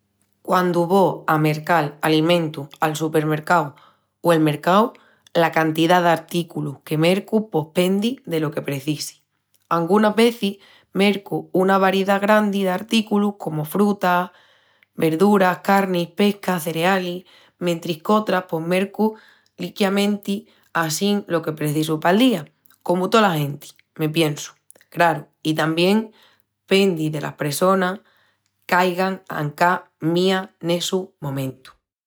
Quandu vo a mercal alimentus al supermercau o el mercau, la cantidá d'artículus que mercu pos pendi delo que precisi. Angunas vezis mercu una variedá grandi d'artículus, comu frutas, verduras, carnis, pesca, cerealis... mentris qu'otras pos mercu liquiamenti assín lo que precisu pal día. Comu tola genti, me piensu. Craru, i tamién pendi delas pressonas qu'aigan encá mía n'essus momentus.